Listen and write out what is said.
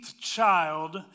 child